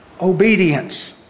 Obedience